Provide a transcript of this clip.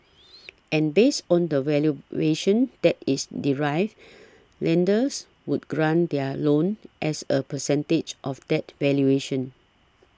and based on the valuation that is derived lenders would grant their loan as a percentage of that valuation